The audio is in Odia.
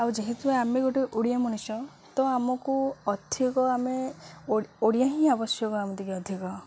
ଆଉ ଯେହେତୁ ଆମେ ଗୋଟେ ଓଡ଼ିଆ ମଣିଷ ତ ଆମକୁ ଅଧିକ ଆମେ ଓ ଓଡ଼ିଆ ହିଁ ଆବଶ୍ୟକ ଏମିତିକି ଅଧିକ